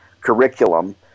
curriculum